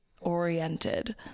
oriented